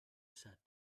sat